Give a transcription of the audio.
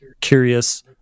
curious